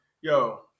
Yo